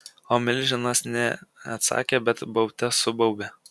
o milžinas ne atsakė bet baubte subaubė